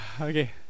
Okay